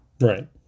Right